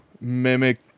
mimic